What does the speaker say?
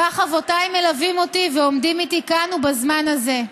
כך אבותיי מלווים אותי ועומדים איתי כאן ובזמן הזה.